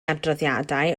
adroddiadau